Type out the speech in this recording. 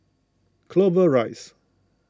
Clover Rise